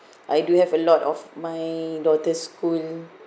I do have a lot of my daughter's school